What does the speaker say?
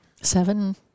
Seven